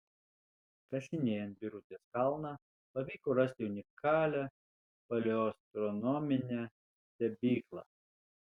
kasinėjant birutės kalną pavyko rasti unikalią paleoastronominę stebyklą